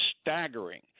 staggering